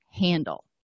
handle